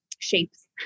shapes